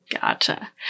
Gotcha